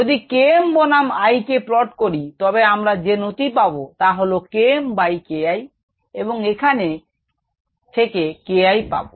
যদি Km বনাম I কে প্লট করি তবে আমরা যে নতি পাবো তাহলো KmKI এবং এখান থেকে KI পাবো